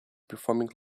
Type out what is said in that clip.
performing